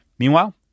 Meanwhile